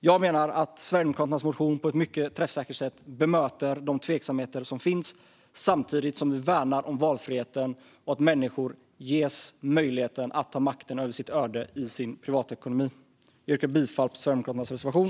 Jag menar att Sverigedemokraternas motion på ett mycket träffsäkert sätt bemöter de tveksamheter som finns, samtidigt som vi värnar valfriheten och att människor ges möjligheten att ta makten över sitt öde i sin privatekonomi. Jag yrkar bifall till Sverigedemokraternas reservation.